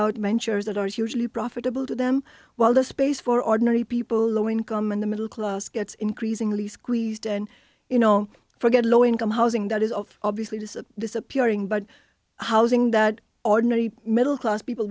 mentions that are hugely profitable to them while the space for ordinary people low income and the middle class gets increasingly squeezed and you know forget low income housing that is of obviously this disappearing but housing that ordinary middle class people